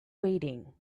waiting